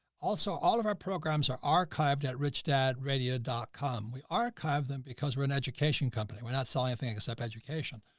also, all of our programs are archived at rich dad, radio com. we archive them because we're an education company. we're not selling a thing like a step education,